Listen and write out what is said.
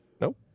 Nope